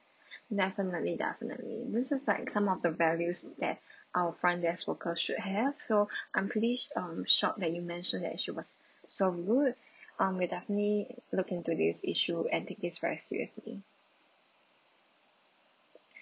definitely definitely this is like some of the values that our front desk worker should have so I'm pretty um shocked that you mentioned that she was so rude um we'll definitely look into this issue and take this very seriously